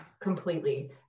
Completely